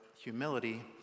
humility